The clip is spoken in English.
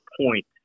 point